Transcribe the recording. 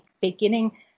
beginning